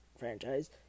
franchise